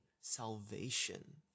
salvation